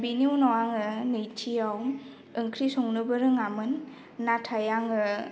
बिनि उनाव आङो नैथियाव ओंख्रि संनोबो रोङामोन नाथाय आङो